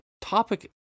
topic